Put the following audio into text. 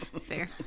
fair